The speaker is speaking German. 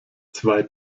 zwei